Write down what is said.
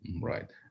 right